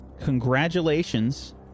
Congratulations